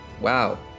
Wow